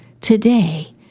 today